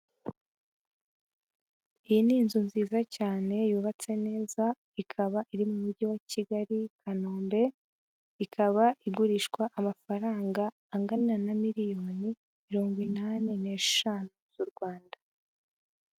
Iyi ni inzu nziza cyane yubatse neza, ikaba iri mu mujyi wa Kigali Kanombe, ikaba igurishwa amafaranga angana na miliyoni mirongo inani n'eshanu z'u Rwanda.